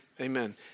amen